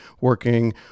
working